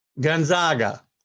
Gonzaga